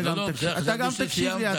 גם אתה תקשיב לי.